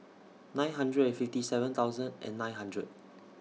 nine hundred and fifty seven thousand and nine hundred